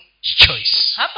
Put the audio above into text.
choice